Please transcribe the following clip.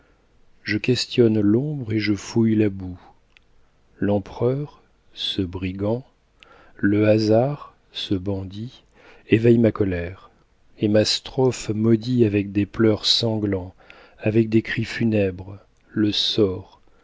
je questionne l'ombre et je fouille la boue l'empereur ce brigand le hasard ce bandit eveillent ma colère et ma strophe maudit avec des pleurs sanglants avec des cris funèbres le sort